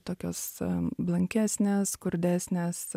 tokios blankesnės skurdesnės